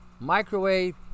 microwave